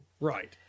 Right